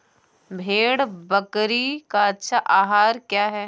भेड़ बकरी का अच्छा आहार क्या है?